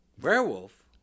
Werewolf